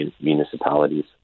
municipalities